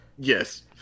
Yes